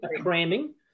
cramming